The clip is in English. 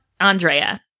Andrea